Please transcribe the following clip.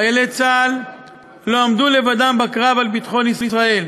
חיילי צה"ל לא עמדו לבדם בקרב על ביטחון ישראל,